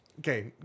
Okay